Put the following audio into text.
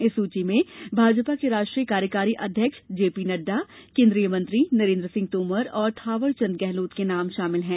इस सूची में भाजपा के राष्ट्रीय कार्यकारी अध्यक्ष जेपी नड्डा केन्द्रीय मंत्री नरेन्द्र सिंह तोमर और थावरचंद गहलोत के नाम शामिल हैं